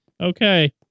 Okay